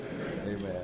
amen